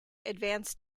advanced